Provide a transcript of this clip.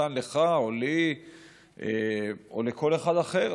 שניתן לך או לי או לכל אחד אחר,